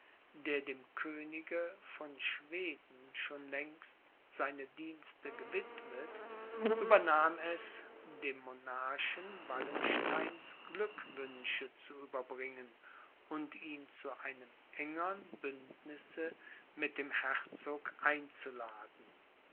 der dem könige von schweden schon längst seine dienste gewidmet übernahm es dem monarchen wallensteins glückwünsche zu überbringen und ihn zu einem engern bündnisse mit dem herzog einzuladen